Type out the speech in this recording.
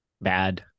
Bad